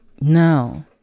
No